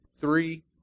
three